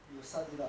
you will sort it out